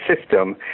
system